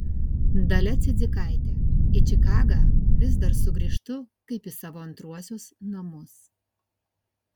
dalia cidzikaitė į čikagą vis dar sugrįžtu kaip į savo antruosius namus